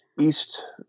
east